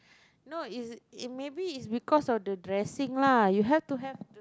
no is it maybe is because of the dressing lah you have to have